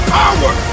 power